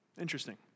Interesting